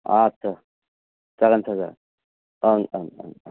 आत्सा जागोन जागोन ओं ओं ओं ओं